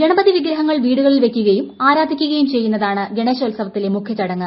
ഗണപതിവിഗ്രഹങ്ങൾ വീടുകളിൽ വയ്ക്കുകയും ആരാധിക്കുകയും ചെയ്യുന്നതാണ് ഗണേശോത്സവത്തിലെ മുഖ്യ ച്ടങ്ങ്